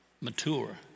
Mature